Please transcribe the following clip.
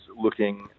looking